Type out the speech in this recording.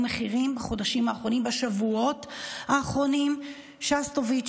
מחירים בחודשים האחרונים ובשבועות האחרונים: שסטוביץ,